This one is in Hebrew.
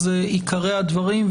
אלה עיקרי הדברים.